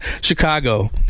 Chicago